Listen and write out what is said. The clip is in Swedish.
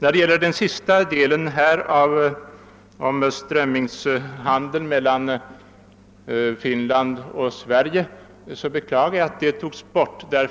Vad avser strömmingshandeln mellan Finland och Sverige beklagar jag att importskyddet tas bort, ty